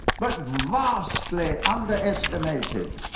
but vastly underestimated.